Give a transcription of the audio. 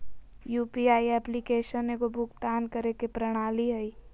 UPI application एगो भुक्तान करे के प्रणाली हइ